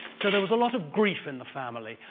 so, there was a lot of grief in the family.